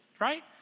right